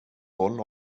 roll